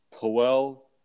Powell